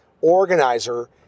organizer